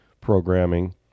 programming